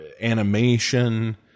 animation